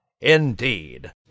Indeed